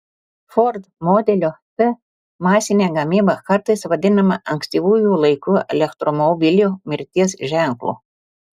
ford modelio t masinė gamyba kartais vadinama ankstyvųjų laikų elektromobilių mirties ženklu